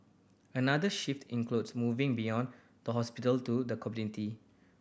another shift includes moving beyond the hospital to the community